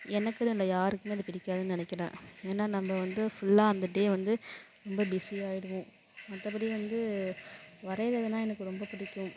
எனக்குன்னு இல்லை யாருக்குமே அது பிடிக்காதுன்னு நினைக்கிறேன் ஏன்னா நம்ம வந்து ஃபுல்லா அந்த டே வந்து ரொம்ப பிஸி ஆகிடுவோம் மற்றபடி வந்து வரையிரதுனா எனக்கு ரொம்ப பிடிக்கும்